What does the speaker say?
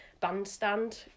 bandstand